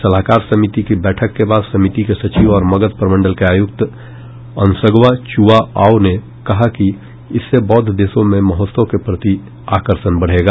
सलाहकार समिति की बैठक के बाद समिति के सचिव और मगध प्रमंडल के आयुक्त अंसगवा चुवा आओ ने कहा कि इससे बौद्ध देशों में महोत्सव के प्रति आकर्षण बढ़ेगा